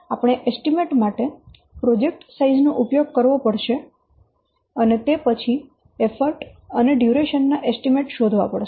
આપણે એસ્ટીમેટ માટે project size નો ઉપયોગ કરવો પડશે અને તે પછી એફર્ટ અને ડ્યુરેશન ના એસ્ટીમેટ શોધવા પડશે